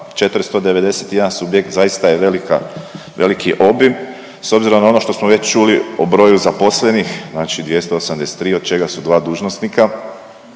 491 subjekt zaista je veliki obim s obzirom na ono što smo već čuli o broju zaposlenih, znači 283 od čega su dva dužnosnika